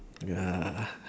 ya